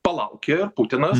palaukė ir putinas